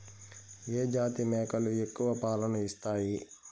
ఏ జాతి మేకలు ఎక్కువ పాలను ఇస్తాయి?